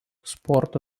sporto